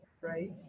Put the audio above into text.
right